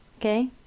Okay